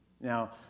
Now